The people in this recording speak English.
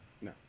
no